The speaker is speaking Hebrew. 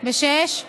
ב-18:00.